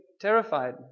terrified